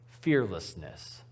fearlessness